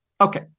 Okay